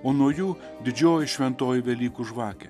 o nuo jų didžioji šventoji velykų žvakė